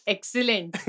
Excellent